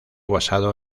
basado